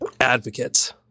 advocates